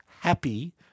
happy